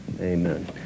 Amen